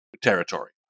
territory